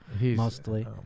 mostly